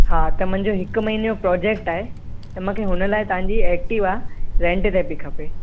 हा त मुंहिंजो हिकु महिने जो प्रोजेक्ट आहे त मूंखे हुन लाइ तव्हां जी एक्टीवा रैंट ते पई खपे